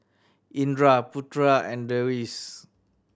Indra Putera and Deris